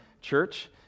church